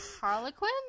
Harlequin